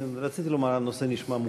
רציתי לומר: הנושא נשמע מוכר,